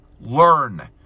learn